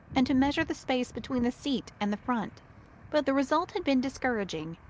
and to measure the space between the seat and the front but the result had been discouraging,